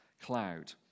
cloud